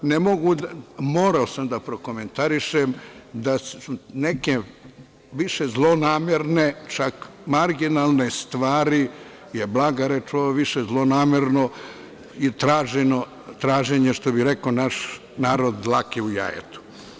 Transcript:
Morao sam da prokomentarišem da su neke više zlonamerne, čak marginalne stvari, ovo je blaga reč, ovo je više zlonamerno i traženje, što bi rekao naš narod, dlake u jajetu.